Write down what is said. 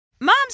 Moms